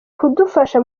kudufasha